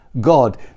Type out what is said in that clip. god